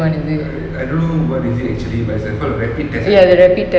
I I don't know what is it actually but is I've heard of rapid test I think